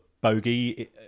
bogey